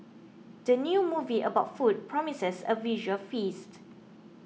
the new movie about food promises a visual feast